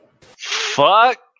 Fuck